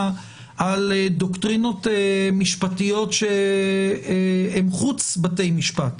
על דוקטרינות משפטיות שהן חוץ בתי משפט.